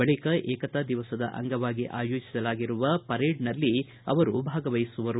ಬಳಿಕ ಏಕತಾ ದಿವಸದ ಅಂಗವಾಗಿ ಆಯೋಜಿಸಲಾಗುವ ಪರೇಡ್ನಲ್ಲಿ ಅವರು ಭಾಗವಹಿಸಲಿದ್ದಾರೆ